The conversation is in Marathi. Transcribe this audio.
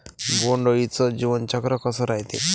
बोंड अळीचं जीवनचक्र कस रायते?